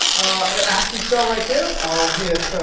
and the active cell right there, i'll hit,